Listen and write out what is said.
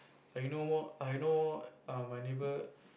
like you know all I know all uh my neighbour